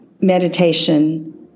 meditation